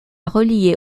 relié